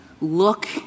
look